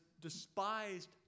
despised